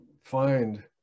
find